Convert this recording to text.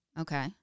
Okay